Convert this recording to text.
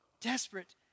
desperate